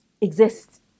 exists